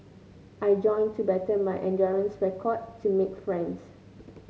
I joined to better my endurance record to make friends